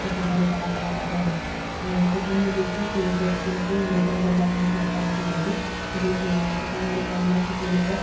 ରେ ସବୁଠାରେ କଳା କଳା ଦାଗ ହେଇଗଲା ଅ ସେଇଟା ମୁଁ ଦେଖି ସେ ଫେସକ୍ରିମ୍କୁ ମୁଁ ରିଟର୍ଣ୍ଣ କରିବାପାଇଁ ମୁଁ ସେ ଦୋକାନକୁ ଗଲି ହେଲେ ସେ ଦୋକାନରେ କହିଲାକି ସେ ଲୋକ